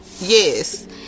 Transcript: yes